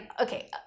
okay